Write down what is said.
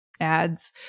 ads